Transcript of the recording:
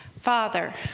Father